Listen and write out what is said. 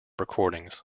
recordings